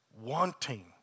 Wanting